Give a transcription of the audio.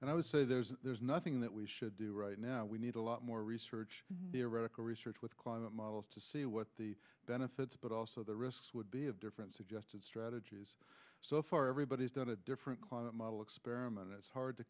and i would say there's nothing that we should do right now we need a lot more research theoretical research with climate models to see what the benefits but also the risks would be of different suggested strategies so far everybody's done a different climate model experiment it's hard to